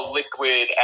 liquid